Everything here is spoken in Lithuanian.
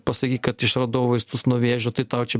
pasakyk kad išradau vaistus nuo vėžio tai tau čia